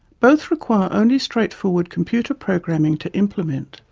both require only straightforward computer programming to implement,